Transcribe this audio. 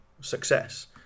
success